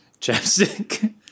Chapstick